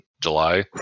july